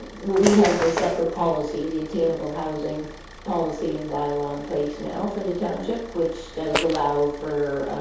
and we have the separate policy the attainable housing policy and by law in place now for the township which does allow for